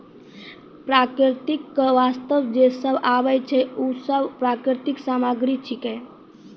प्रकृति क वास्ते जे सब आबै छै, उ सब प्राकृतिक सामग्री छिकै